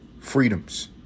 freedoms